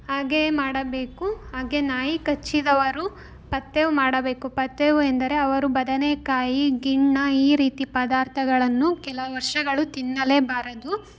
ಹಾಗೇ ಮಾಡಬೇಕು ಹಾಗೆ ನಾಯಿ ಕಚ್ಚಿದವರು ಪಥ್ಯವು ಮಾಡಬೇಕು ಪಥ್ಯವು ಎಂದರೆ ಅವರು ಬದನೆಕಾಯಿ ಗಿಣ್ಣು ಈ ರೀತಿ ಪದಾರ್ಥಗಳನ್ನು ಕೆಲವು ವರ್ಷಗಳು ತಿನ್ನಲೇಬಾರದು